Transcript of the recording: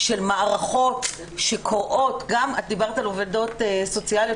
של מערכות שקוראות את דיברת על עובדות סוציאליות,